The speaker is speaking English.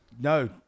No